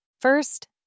First